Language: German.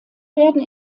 werden